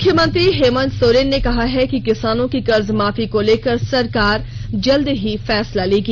मुख्यमंत्री हेमंत सोरेन ने कहा है कि किसानों की कर्ज माफी को लेकर सरकार जल्द ही फैसला लेगी